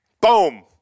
Boom